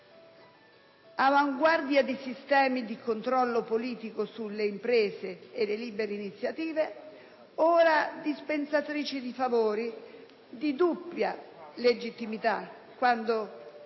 avanguardia di sistemi di controllo politico sulle imprese e le libere iniziative, ora dispensatrice di favori di dubbia legittimità